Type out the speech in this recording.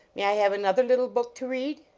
may i have an other little book to read?